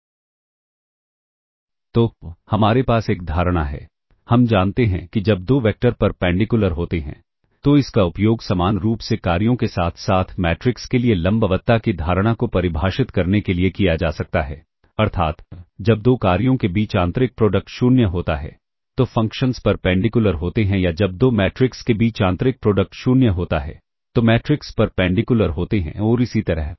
तो हमारे पास एक धारणा है हम जानते हैं कि जब दो वेक्टर परपेंडिकुलर होते हैं तो इसका उपयोग समान रूप से कार्यों के साथ साथ मैट्रिक्स के लिए लंबवतता की धारणा को परिभाषित करने के लिए किया जा सकता है अर्थात जब दो कार्यों के बीच आंतरिक प्रोडक्ट 0 होता है तो फ़ंक्शंस परपेंडिकुलर होते हैं या जब दो मैट्रिक्स के बीच आंतरिक प्रोडक्ट 0 होता है तो मैट्रिक्स परपेंडिकुलर होते हैं और इसी तरह